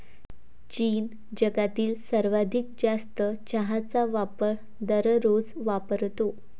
चीन जगातील सर्वाधिक जास्त चहाचा वापर दररोज वापरतो